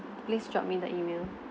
please drop me the email